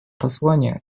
послание